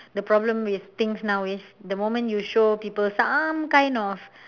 the problem with things now is the moment you show people some kind of